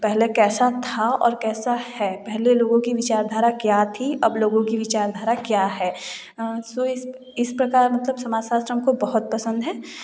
पहले कैसा था और कैसा है पहले लोगों की विचारधारा क्या थी अब लोगों की विचारधारा क्या है सो इस इस प्रकार मतलब समाजशास्त्र हमको बहुत पसंद है